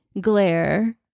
glare